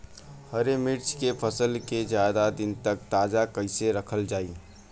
हरि मिर्च के फसल के ज्यादा दिन तक ताजा कइसे रखल जाई?